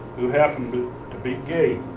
who happened to to be gay.